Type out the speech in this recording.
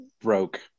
broke